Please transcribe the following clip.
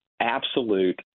absolute